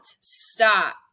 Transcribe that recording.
stop